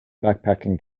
backpacking